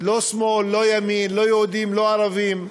לא שמאל, לא ימין, לא יהודים, לא ערבים,